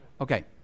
Okay